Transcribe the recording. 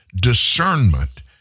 Discernment